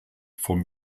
vom